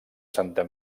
santa